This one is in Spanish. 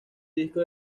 disco